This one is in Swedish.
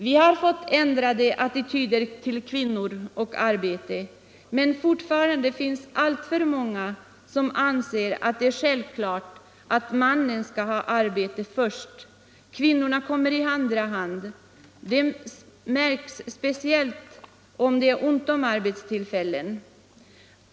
Vi har fått ändrade attityder till kvinnor och arbete, men fortfarande anser alltför många att det är självklart att mannen skall ha arbete först, kvinnan i andra hand. Det märks speciellt då det är ont om arbetstillfällen.